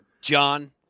john